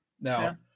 Now